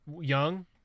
Young